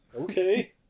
Okay